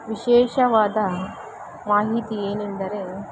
ವಿಶೇಷವಾದ ಮಾಹಿತಿ ಏನೆಂದರೆ